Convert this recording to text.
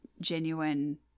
genuine